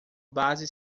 base